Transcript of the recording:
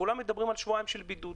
כולם מדברים על שבועיים של בידוד.